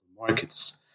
markets